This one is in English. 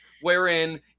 wherein